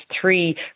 three